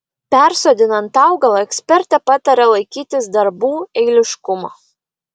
persodinant augalą ekspertė pataria laikytis darbų eiliškumo